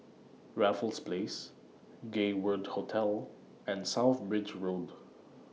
Raffles Place Gay World Hotel and South Bridge Road